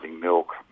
milk